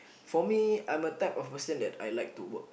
for me I'm a type of person that I like to work